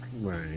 Right